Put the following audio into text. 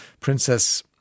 Princess